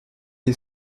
est